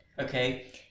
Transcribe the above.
Okay